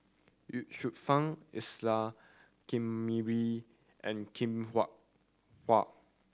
Ye Shufang Isa Kamari and Hwee Hua